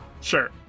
Sure